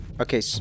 Okay